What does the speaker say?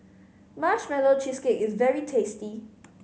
Marshmallow Cheesecake is very tasty